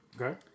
Okay